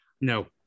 no